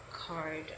card